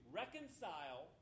reconcile